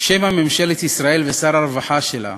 ממשלת ישראל ושר הרווחה שלה,